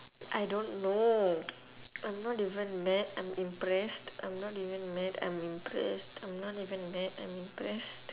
I don't know I'm not even mad I'm impressed I'm not even mad I'm impressed I'm not even mad I'm impressed